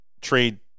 trade